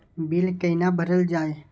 Bill कैना भरल जाय?